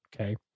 Okay